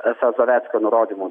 esą zaveckio nurodymu